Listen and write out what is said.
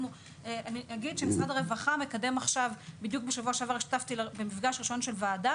בדיוק בשבוע שעבר השתתפתי במפגש ראשון של ועדה